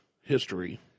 history